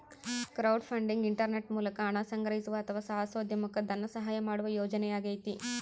crowdfunding internet ಮೂಲಕ ಹಣ ಸಂಗ್ರಹಿಸುವ ಅಥವಾ ಸಾಹಸೋದ್ಯಮುಕ್ಕ ಧನಸಹಾಯ ಮಾಡುವ ಯೋಜನೆಯಾಗೈತಿ